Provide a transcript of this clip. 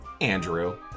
Andrew